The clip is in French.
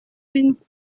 une